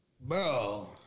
Bro